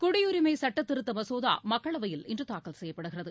குடியுரிமை சட்டதிருத்த மசோதா மக்களவையில் இன்று தாக்கல் செய்யப்படுகிறது